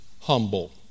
humble